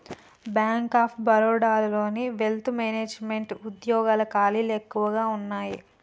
bank of బరోడాలోని wealth management వుద్యోగాల ఖాళీలు ఎక్కువగా వున్నయ్యి